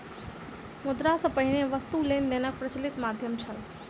मुद्रा सॅ पहिने वस्तु लेन देनक प्रचलित माध्यम छल